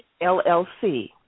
LLC